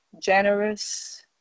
generous